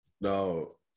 No